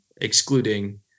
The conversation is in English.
excluding